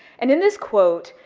and in this quote,